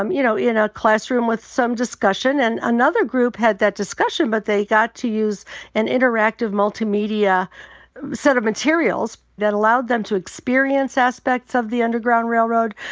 um you know, in a classroom with some discussion. and another group had that discussion, but they got to use an interactive multimedia set of materials that allowed them to experience aspects of the underground railroad,